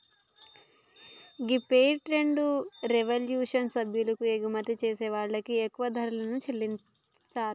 గీ fair trade revolution సభ్యులు ఎగుమతి చేసే వాళ్ళకి ఎక్కువ ధరలను చెల్లితారు